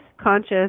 conscious